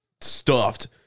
stuffed